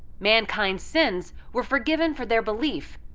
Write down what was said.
mankind's sins were forgiven for their belief,